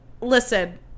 listen